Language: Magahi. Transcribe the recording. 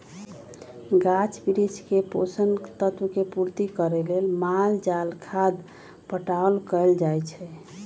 गाछ वृक्ष के पोषक तत्व के पूर्ति करे लेल माल जाल खाद पटाओन कएल जाए छै